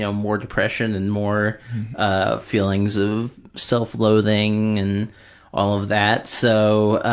yeah um more depression and more ah feelings of self-loathing and all of that. so,